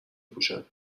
پوشن